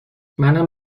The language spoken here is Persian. منم